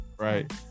Right